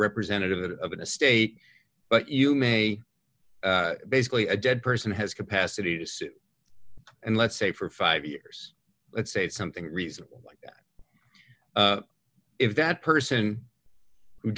representative of an estate but you may basically a dead person has capacity to sue and let's say for five years let's say something reasonable like if that person